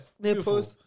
beautiful